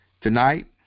tonight